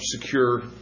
secure